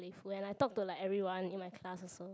if when I talk to like everyone in my class also